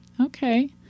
Okay